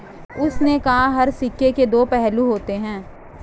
उसने कहा हर सिक्के के दो पहलू होते हैं